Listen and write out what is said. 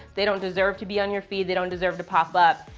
they don't deserve to be on your feed. they don't deserve to pop up.